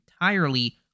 entirely